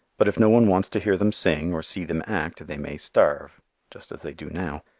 but if no one wants to hear them sing or see them act they may starve just as they do now.